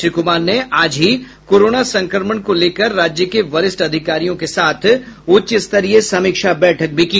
श्री कुमार ने आज ही कोरोना संक्रमण को लेकर राज्य के वरिष्ठ अधिकारियों के साथ उच्चस्तरीय समीक्षा बैठक की